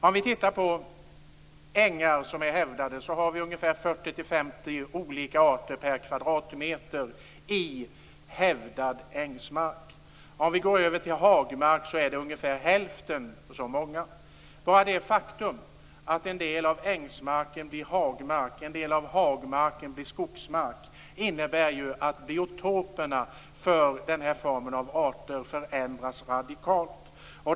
På de hävdade ängsmarkerna finns ungefär 40-50 olika arter per kvadradmeter. På hagmarkerna är det ungefär hälften så många. Bara det faktum att en del av ängsmarken blir hagmark och en del av hagmarken blir skogsmark innebär att biotoperna för den här formen av arter förändras radikalt.